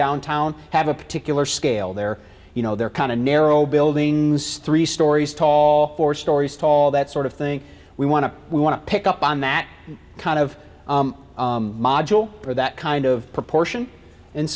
downtown have a particular scale there you know they're kind of narrow buildings three stories tall four stories tall that sort of thing we want to we want to pick up on that kind of module for that kind of proportion and